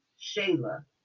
Shayla